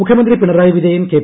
മുഖ്യമന്ത്രി പിണറായി വിജയൻ കെ